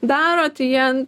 daro tai jie